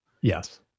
Yes